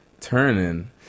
turning